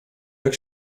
jak